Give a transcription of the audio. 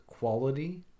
Quality